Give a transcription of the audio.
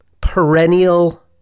perennial